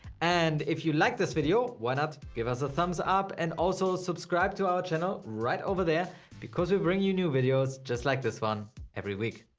and if you liked this video, why not give us a thumbs up and also subscribe to our channel right over there because we bring you new videos just like this one every week.